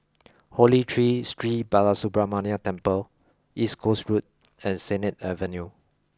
Holy Tree Sri Balasubramaniar Temple East Coast Road and Sennett Avenue